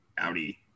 Audi